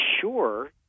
sure